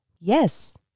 Yes